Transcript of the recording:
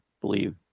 believe